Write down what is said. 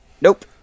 nope